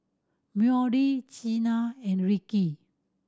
Moody Cena and Rikki